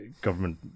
government